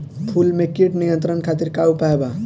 फूल में कीट नियंत्रण खातिर का उपाय बा?